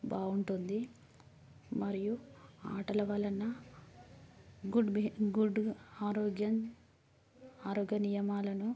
బాగుంటుంది మరియు ఆటల వలన గుడ్ బి గుడ్ ఆరోగ్యం ఆరోగ్య నియమాలను